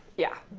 yeah.